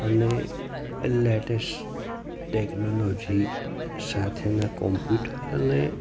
અને latest technology સાથેના computer અને